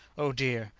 oh dear,